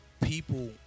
people